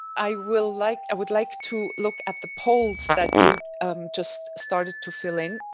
i will like i would like to look at the polls that you just started to fill in.